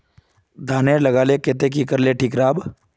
धानेर लगवार केते की करले ठीक राब?